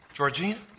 Georgina